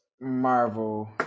Marvel